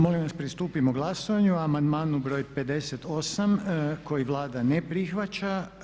Molim vas pristupimo glasovanju o amandmanu broj 58. koji Vlada ne prihvaća.